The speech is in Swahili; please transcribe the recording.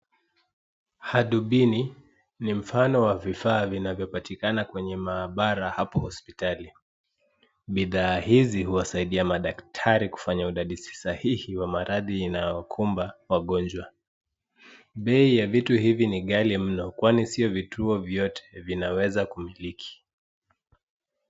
Hadubini ni ndani wa vifaa vinavyopatikana hapo hospitali. Bidhaa hizi huwasaidia madaktari kufanya udadisi sahihi wa maradhi inayokumba wagonjwa. Bei ya vitu hivi ni ghali mno kwani si vituo vyote vinaweza kumiliki.